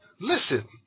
Listen